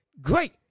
Great